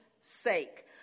sake